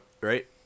right